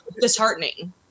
disheartening